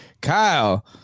Kyle